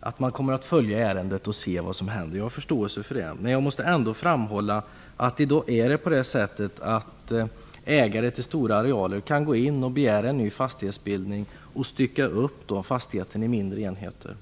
att man kommer att följa ärendet för att se vad som händer. Men jag vill ändå framhålla att ägare till stora arealer i dag kan begära en ny fastighetsbildning och stycka upp fastigheten i mindre enheter.